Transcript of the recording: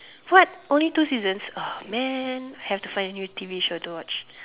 what only two seasons man have to find a new T_V show to watch